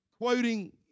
quoting